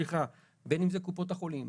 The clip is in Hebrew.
בין אם זה קופות החולים,